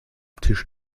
tisch